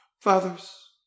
fathers